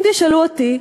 אם תשאלו אותי,